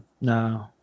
No